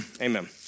Amen